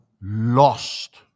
lost